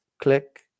click